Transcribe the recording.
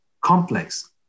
complex